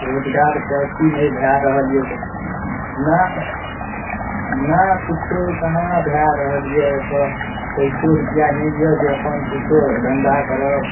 रोजगार कऽअथी नहि भए रहल यऽ नहि नहि किछु कहाँ भए रहल यऽ एतऽ पैसो रूपआ नहि यऽ जे अपन किछु धन्धा करब